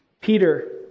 Peter